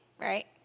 right